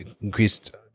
increased